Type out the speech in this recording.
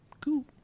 Cool